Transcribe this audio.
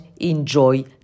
enjoy